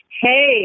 Hey